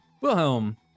Wilhelm